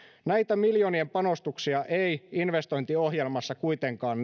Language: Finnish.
näitä miljoonien panostuksia ei investointiohjelmassa kuitenkaan